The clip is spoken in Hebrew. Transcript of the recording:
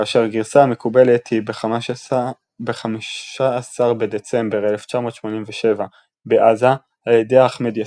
כאשר הגרסה המקובלת היא ב-15 בדצמבר 1987 בעזה על ידי אחמד יאסין,